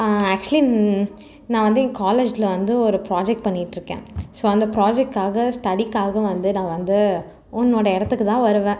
actually நான் வந்து என் காலேஜ்ஜில் வந்து ஒரு ப்ராஜெக்ட் பண்ணிகிட்டு இருக்கேன் ஸோ அந்த ப்ரொஜெக்ட்டுக்காக ஸ்டடிக்காக வந்து நான் வந்து உன்னோட இடத்துக்குதான் வருவேன்